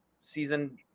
season